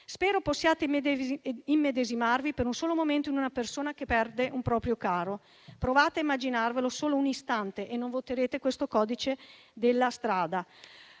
Spero possiate immedesimarvi, per un solo momento, in una persona che perde un proprio caro: provate a immaginarlo solo un istante e non voterete questo codice della strada.